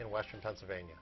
in western pennsylvania